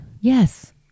yes